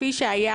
כפי שהיה